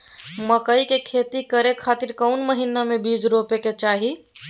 मकई के खेती करें खातिर कौन महीना में बीज रोपे के चाही?